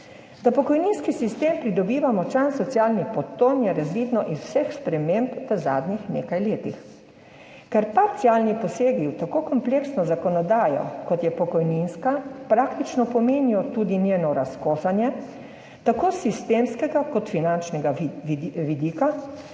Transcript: Da pokojninski sistem pridobiva močan socialni podton, je razvidno iz vseh sprememb v zadnjih nekaj letih. Ker parcialni posegi v tako kompleksno zakonodajo, kot je pokojninska, praktično pomenijo tudi njeno razkosanje tako s sistemskega kot finančnega vidika,